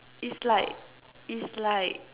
it's like it's like